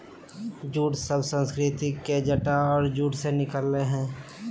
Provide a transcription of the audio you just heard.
jute शब्द संस्कृत के जटा और जूट से निकल लय हें